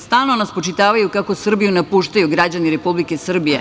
Stalno nas spočitavaju kako Srbiju napuštaju građani Republike Srbije.